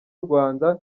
rwanda